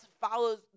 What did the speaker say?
follows